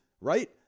right